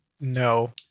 No